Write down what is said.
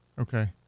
Okay